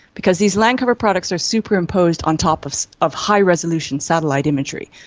because these land cover products are superimposed on top of of high resolution satellite imagery,